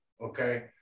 Okay